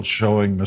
showing